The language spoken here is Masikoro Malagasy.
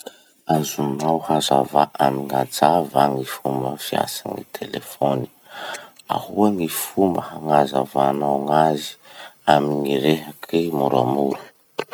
Azonao hazavà amin'ajà va ny fomba fiasan'ny telefony. Ahoa gny fomba hagnazavagnao gn'azy amy rehaky moramora.